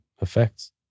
effects